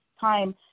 time